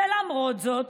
למרות זאת,